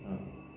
ah